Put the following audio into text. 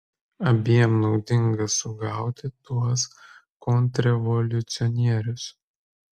abiem naudinga sugauti tuos kontrrevoliucionierius